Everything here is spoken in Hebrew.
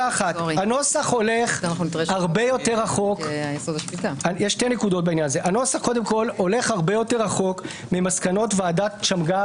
אחת: הנוסח הולך הרבה יותר רחוק ממסקנות ועדת שמגר